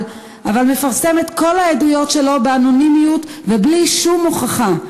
אבל מפרסם את כל העדויות שלו באנונימיות ובלי שום הוכחה?